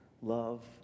love